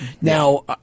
now